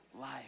life